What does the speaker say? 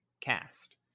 Cast